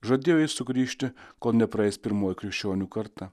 žadėjo jis sugrįžti kol nepraeis pirmoji krikščionių karta